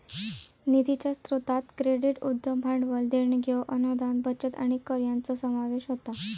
निधीच्या स्रोतांत क्रेडिट, उद्यम भांडवल, देणग्यो, अनुदान, बचत आणि कर यांचो समावेश होता